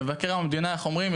מבקר המדינה איך אומרים?